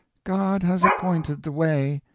god has appointed the way!